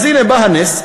אז הנה בא הנס,